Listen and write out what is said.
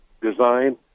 design